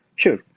sure.